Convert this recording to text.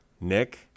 Nick